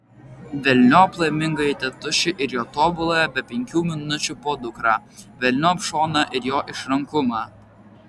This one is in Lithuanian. velniop laimingąjį tėtušį ir jo tobuląją be penkių minučių podukrą velniop šoną ir jo išrankumą